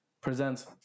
presents